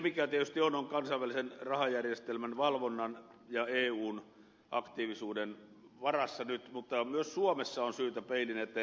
se tietysti on kansainvälisen rahajärjestelmän valvonnan ja eun aktiivisuuden varassa nyt mutta myös suomessa on syytä mennä peilin eteen